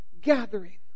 gathering